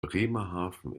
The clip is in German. bremerhaven